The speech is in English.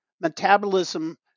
metabolism